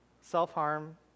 self-harm